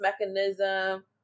mechanism